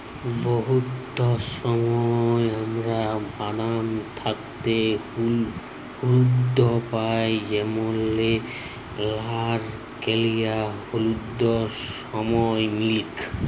বহুত সময় আমরা বাদাম থ্যাকে দুহুদ পাই যেমল লাইরকেলের দুহুদ, সয়ামিলিক